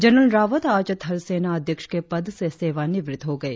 general Rawat आज थलसेना अध्यक्ष के पद से सेवानिवृत हो गए